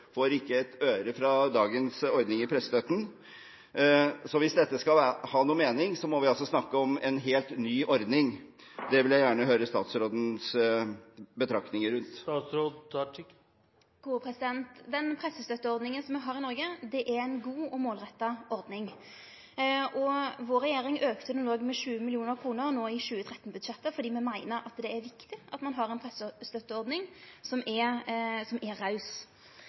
får ikke ett øre fra dagens ordning i pressestøtte. Hvis dette skal ha noen mening, må vi snakke om en helt ny ordning. Det vil jeg gjerne høre statsrådens betraktninger rundt. Den pressestøtteordninga me har i Noreg, er ei god og målretta ordning. Vår regjering auka ho òg med 20 mill. kr i 2013-budsjettet, fordi me meiner det er viktig at ein har ei pressestøtteordning som er